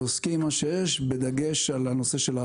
אנחנו עוסקים עם מה שיש בנושא החיזוק.